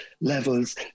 levels